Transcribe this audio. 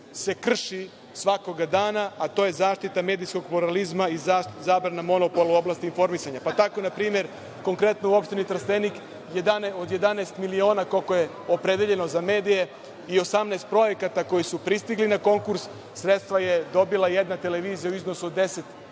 se krši svakog dana, a to je zaštita medijskog pluralizma i zabrana monopola u oblasti informisanja. Tako npr. konkretno u opštini Trstenik od 11 miliona, koliko je opredeljeno za medije, i 18 projekata koji su pristigli na konkurs sredstva je dobila jedna televizija u iznosu od 10 miliona